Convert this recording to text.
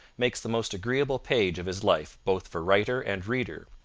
makes the most agreeable page of his life both for writer and reader,